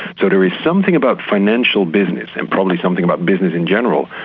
so there is something about financial business, and probably something about business in general,